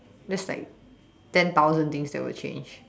that's like ten thousand thing that would change